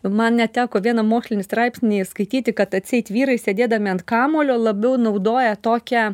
man net teko vieną mokslinį straipsnį skaityti kad atseit vyrai sėdėdami ant kamuolio labiau naudoja tokią